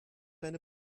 deine